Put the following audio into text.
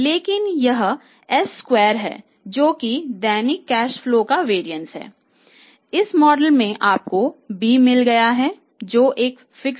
यदि यह केवल s या सिग्मा है